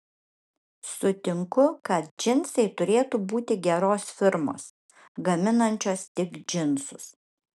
sutinku kad džinsai turėtų būti geros firmos gaminančios tik džinsus